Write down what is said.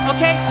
Okay